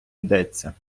йдеться